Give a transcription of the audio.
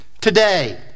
today